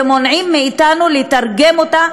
ומונעים מאתנו לתרגם אותה,